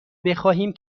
بخواهیم